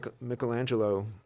Michelangelo